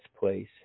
place